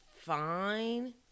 fine